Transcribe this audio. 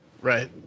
Right